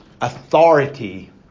authority